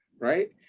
right?